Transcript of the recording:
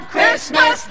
Christmas